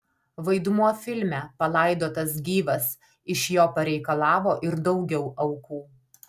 vaidmuo filme palaidotas gyvas iš jo pareikalavo ir daugiau aukų